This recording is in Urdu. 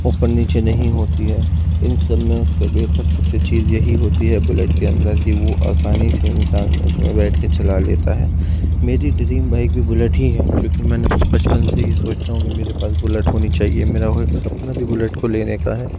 اوپر نیچے نہیں ہوتی ہے ان سب میں اس کے بہتر سب سے چیز یہی ہوتی ہے بلیٹ کے اندر کہ وہ آسانی سے انسان اس میں بیٹھ کے چلا لیتا ہے میری ڈریم بائک بھی بلیٹ ہی ہے کیونکہ میں نے بچپن سے ہی سوچتا ہوں کہ میرے پاس بلیٹ ہونی چاہیے میرا وہ ایک سپنا بھی بلیٹ کو لینے کا ہے